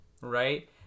right